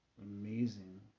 amazing